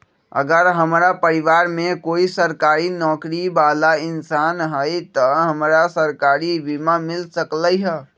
अगर हमरा परिवार में कोई सरकारी नौकरी बाला इंसान हई त हमरा सरकारी बीमा मिल सकलई ह?